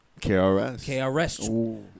KRS